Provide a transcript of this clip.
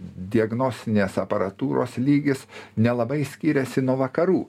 diagnostinės aparatūros lygis nelabai skyriasi nuo vakarų